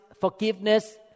forgiveness